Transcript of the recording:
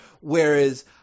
Whereas